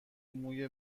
موی